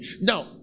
Now